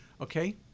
okay